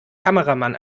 kameramann